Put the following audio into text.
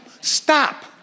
stop